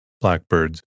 blackbirds